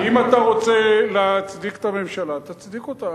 אם אתה רוצה להצדיק את הממשלה, תצדיק אותה.